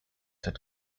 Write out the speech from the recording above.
had